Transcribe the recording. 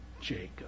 Jacob